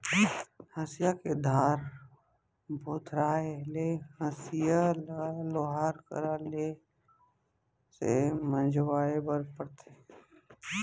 हँसिया के धार भोथराय ले हँसिया ल लोहार करा ले से मँजवाए बर परथे